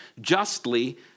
justly